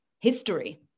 history